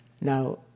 Now